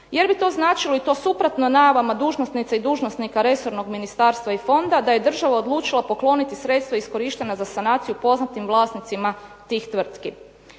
jer bi to značilo i to suprotno najavama dužnosnica i dužnosnika resornog ministarstva i fonda da je država odlučila pokloniti sredstva iskorištena za sanaciju poznatim vlasnicima tih tvrtki.